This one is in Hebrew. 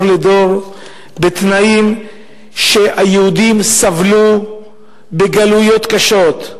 לדור בתנאים שהיהודים סבלו בגלויות קשות.